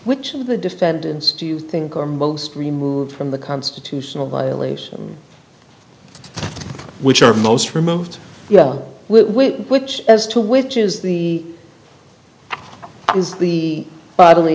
which of the defendants do you think are most removed from the constitutional violations which are most removed you know which as to which is the is the